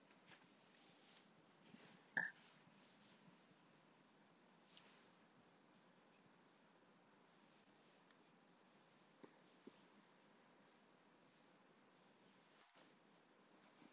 ah